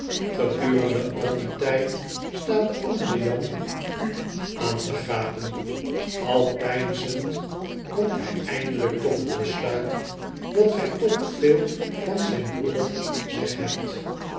gedurende al dien tijd staat de andere jan u aan te gapen al peinzend komt hij eindelijk tot t besluit dat gij toch veel van zijn broeder weghebt een